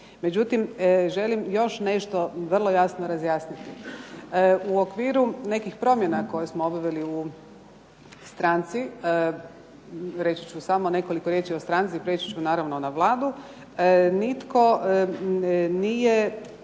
Međutim, želim još nešto vrlo jasno razjasniti. U okviru nekih promjena koje smo obavili u stranci, reći ću samo nekoliko riječi na stranci, prijeći ću naravno na Vladu. Nitko nije